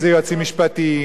אם כלכלנים,